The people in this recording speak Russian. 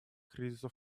кризисов